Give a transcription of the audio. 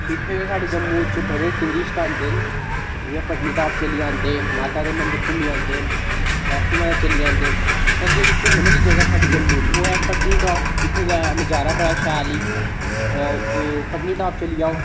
इत्थें गे साढ़े जम्मू च बड़े टूरिस्ट आंदे न जियां पत्तनीटाप चली जांदे माता दे मंदर घूमी आंदे न वैश्णो माता चली जांदे पर जेह्ड़ी घूमन आह्ली साढ़े जम्मू च ओह् ऐ पत्तनीटाप उत्थै दा नजारा बड़ा शैल ही पत्तनीटाप चली जाओ